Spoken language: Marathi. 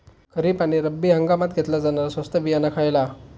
खरीप आणि रब्बी हंगामात घेतला जाणारा स्वस्त बियाणा खयला?